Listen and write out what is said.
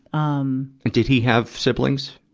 um did he have siblings?